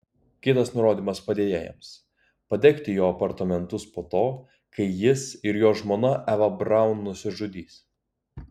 kitas nurodymas padėjėjams padegti jo apartamentus po to kai jis ir jo žmona eva braun nusižudys